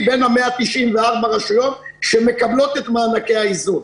אנחנו בין 194 הרשויות שמקבלות את מענקי האיזון.